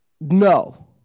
No